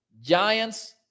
Giants